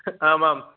आम् आम्